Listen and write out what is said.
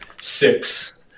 six